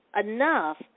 enough